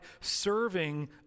serving